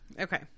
Okay